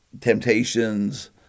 Temptations